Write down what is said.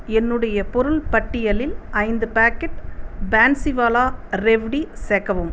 என்னுடைய பொருள் பட்டியலில் ஐந்து பேக்கெட் பான்ஸிவாலா ரெவ்டி சேர்க்கவும்